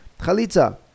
Chalitza